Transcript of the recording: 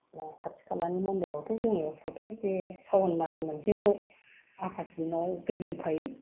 दा खाथि खालानि मन्दिरावथ' जोङो प्रत्येक बे सावोन मास मोनसेखौ आफा शिबनाव दै लुखायो